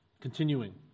continuing